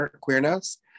queerness